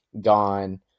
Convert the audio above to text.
gone